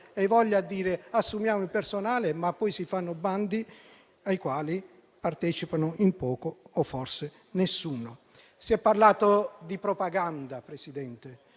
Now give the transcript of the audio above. voglia a dire "assumiamo il personale", ma poi si fanno bandi ai quali partecipano in pochi o forse in nessuno. Si è parlato di propaganda. Signora